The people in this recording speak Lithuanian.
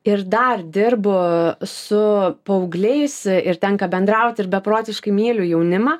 ir dar dirbu su paaugliais ir tenka bendrauti ir beprotiškai myliu jaunimą